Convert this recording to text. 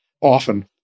often